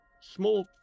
Small